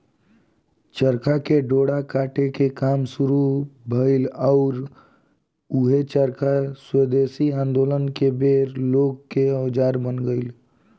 चरखे से डोरा काटे के काम शुरू भईल आउर ऊहे चरखा स्वेदेशी आन्दोलन के बेर लोग के औजार बन गईल